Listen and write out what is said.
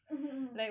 mmhmm